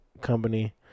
Company